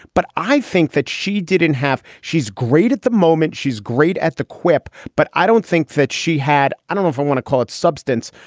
but i think that she didn't have she's great at the moment. she's great at the quip. but i don't think that she had. i don't know if i want to call it substance,